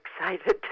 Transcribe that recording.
excited